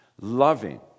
loving